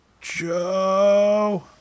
Joe